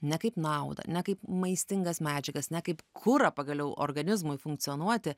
ne kaip naudą ne kaip maistingas medžiagas ne kaip kurą pagaliau organizmui funkcionuoti